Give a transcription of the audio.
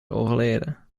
overleden